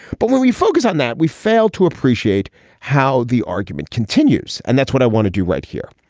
but when we focus on that we fail to appreciate how the argument continues. and that's what i wanted to write here.